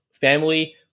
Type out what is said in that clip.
family